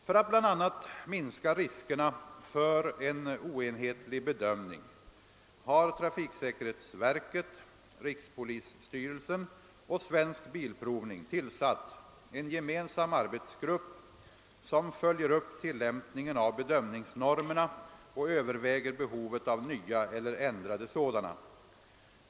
För att bl.a. minska riskerna för en oenhetlig bedömning har trafiksäkerhetsverket, = rikspolisstyrelsen och Svensk bilprovning tillsatt en gemensam arbetsgrupp, som följer upp tilllämpningen av bedömningsnormerna och överväger behovet av nya eller ändrade sådana.